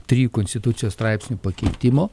trijų konstitucijos straipsnių pakeitimo